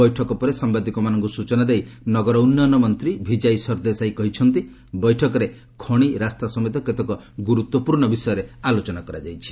ବୈଠକ ପରେ ସାମ୍ବାଦିକମାନଙ୍କୁ ସୂଚନା ଦେଇ ନଗର ଉନ୍ନୟନ ମନ୍ତ୍ରୀ ଭିକାଇ ସର୍ଦ୍ଦେଶାଇ କହିଛନ୍ତି ବୈଠକରେ ଖଣି ରାସ୍ତା ସମେତ କେତେକ ଗୁରୁତ୍ୱପୂର୍ଣ୍ଣ ବିଷୟରେ ଆଲୋଚନା କରାଯାଇଛି